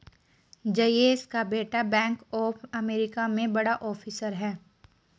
जयेश का बेटा bank of America में बड़ा ऑफिसर है